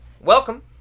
Welcome